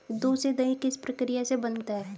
दूध से दही किस प्रक्रिया से बनता है?